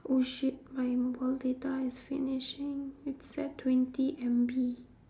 oh shit my mobile data is finishing it's at twenty M_B